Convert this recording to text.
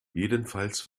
jedenfalls